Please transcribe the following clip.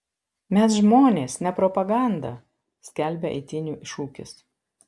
mes žmonės ne propaganda skelbia eitynių šūkis